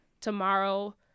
tomorrow